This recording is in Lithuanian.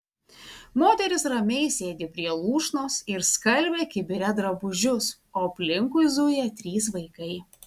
moteris ramiai sėdi prie lūšnos ir skalbia kibire drabužius o aplinkui zuja trys vaikai